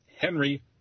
Henry